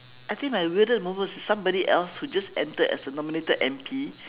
I think my weirdest moment somebody else who just entered as a nominated M_P